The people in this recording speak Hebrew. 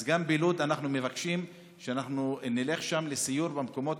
אז גם בלוד אנחנו מבקשים שנלך שם לסיור במקומות